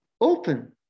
Open